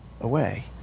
away